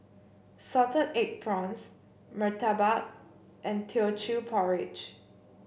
Salted Egg Prawns Murtabak and Teochew Porridge